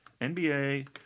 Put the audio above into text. NBA